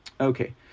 Okay